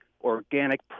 organic